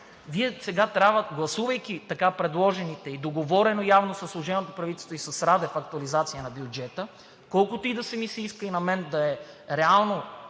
сега, гласувайки така предложената и договорена явно със служебното правителство и с Радев актуализация на бюджета, колкото и да ми се иска да е реално